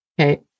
Okay